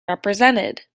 represented